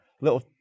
Little